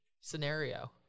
scenario